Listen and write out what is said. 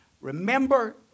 remember